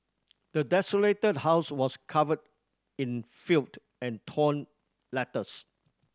the desolated house was covered in filed and torn letters